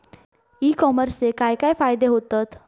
E कॉमर्सचे काय काय फायदे होतत?